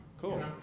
cool